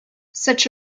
such